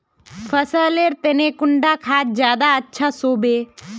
फसल लेर तने कुंडा खाद ज्यादा अच्छा सोबे?